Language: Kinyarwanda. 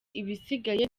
ibisigaye